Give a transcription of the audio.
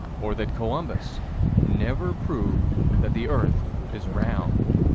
or that columbus never proved that the earth is round.